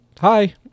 hi